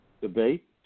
debate